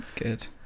Good